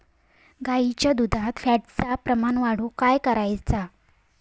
गाईच्या दुधात फॅटचा प्रमाण वाढवुक काय करायचा?